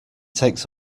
takes